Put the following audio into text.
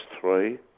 three